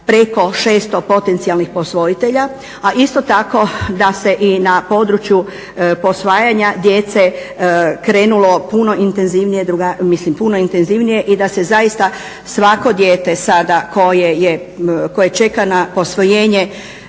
preko 600 potencijalnih posvojitelja a isto tako da se i na području posvajanja djece krenulo puno intenzivnije, mislim puno intenzivnije i da se zaista svako dijete sada koje čeka na posvojenje